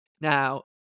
Now